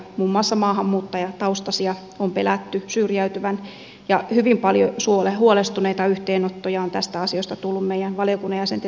muun muassa maahanmuuttajataustaisia on pelätty syrjäytyvän ja hyvin paljon huolestuneita yhteydenottoja on tästä asiasta tullut meidän valiokunnan jäsenten sähköposteihinkin